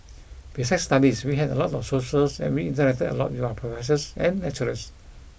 besides studies we had a lot of socials and we interacted a lot with our professors and lecturers